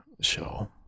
Show